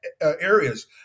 areas